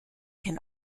can